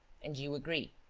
and you agree?